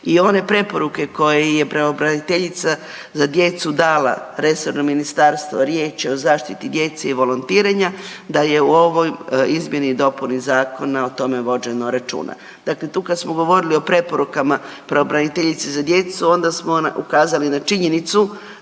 i one preporuke koje je pravobraniteljica za djecu dala resorno ministarstvo, riječ je o zaštiti djece i volontiranja, da je u ovoj Izmjeni i dopuni zakona o tome vođeno računa. Dakle, tu kad smo govorili o preporukama pravobraniteljice za djecu, onda smo ukazali na činjenicu